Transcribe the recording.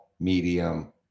medium